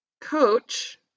coach